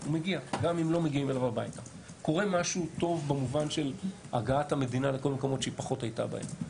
קורה משהו טוב במובן של הגעת המדינה לכל המקומות שהיא פחות הייתה בהם.